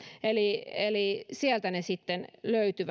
eli eli sieltä sitten löytyy